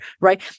right